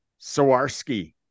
Sawarski